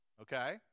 okay